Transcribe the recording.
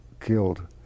killed